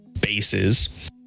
bases